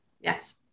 Yes